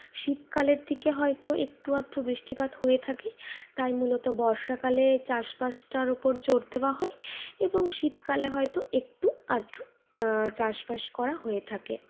শীতকালের দিকে হয়তো একটু আধটু বৃষ্টিপাত হয়ে থাকে তাই মূলত বর্ষাকালে চাষবাসটার উপর জোর দেওয়া হয় এবং শীতকালে হয়তো একটু আধটু চাষবাস করা হয়ে থাকে